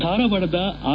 ಧಾರವಾಡದ ಆರ್